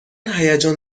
هیجان